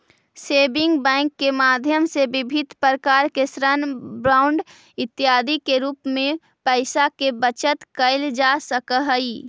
saving bank के माध्यम से विभिन्न प्रकार के ऋण बांड इत्यादि के रूप में पैइसा के बचत कैल जा सकऽ हइ